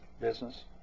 business